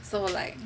so like